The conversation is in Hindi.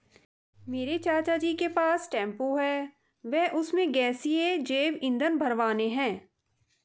मेरे चाचा जी के पास टेंपो है वह उसमें गैसीय जैव ईंधन भरवाने हैं